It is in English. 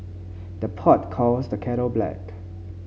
the pot calls the kettle black